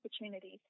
opportunities